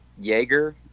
Jaeger